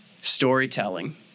Storytelling